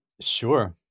Sure